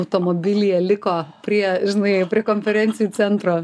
automobilyje liko prie žinai prie konferencijų centro